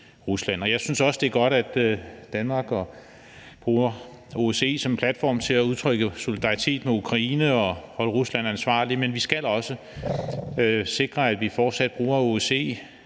Jeg synes også, det er godt, at Danmark bruger OSCE som platform til at udtrykke solidaritet med Ukraine og holde Rusland ansvarlig. Men vi skal også sikre, at vi fortsat bruger OSCE